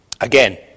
Again